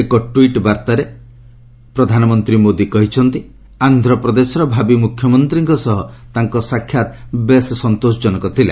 ଏକ ଟ୍ୱିଟ୍ ବାର୍ତ୍ତାରେ ଶ୍ରୀ ମୋଦି କହିଛନ୍ତି ଆନ୍ଧ୍ରପ୍ରଦେଶର ଭାବି ମୁଖ୍ୟମନ୍ତ୍ରୀଙ୍କ ସହ ତାଙ୍କ ସାକ୍ଷାତ୍ ବେଶ୍ ସନ୍ତୋଷଜନକ ଥିଲା